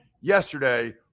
yesterday –